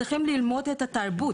צריכים ללמוד את התרבות.